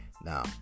now